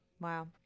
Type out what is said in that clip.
wow